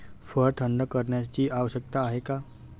फळ थंड करण्याची आवश्यकता का आहे?